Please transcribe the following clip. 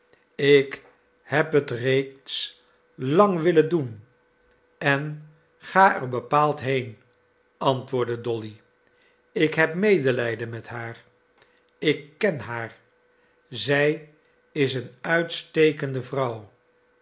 ik heb het reeds lang willen doen en ga er bepaald heen antwoordde dolly ik heb medelijden met haar ik ken haar zij is een uitstekende vrouw